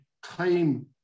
claim